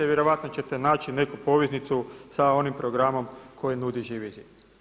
Vjerojatno ćete naći neku poveznicu sa onim programom koji nudi Živi zid.